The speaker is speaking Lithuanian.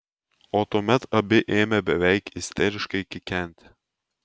o tuomet abi ėmė beveik isteriškai kikenti